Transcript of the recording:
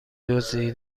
دزدی